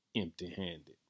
empty-handed